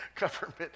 government